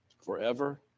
forever